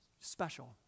special